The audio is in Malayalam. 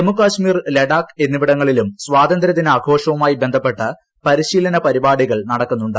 ജമ്മുകൾ്മീർ ലഡാക്ക് എന്നിവടിങ്ങളിലും സ്വാതന്ത്രൃദിനാഘോഷവുമായി ്രബന്ധപ്പെട്ട് പരിശീലന പരിപാടികൾ നടക്കുന്നുണ്ട്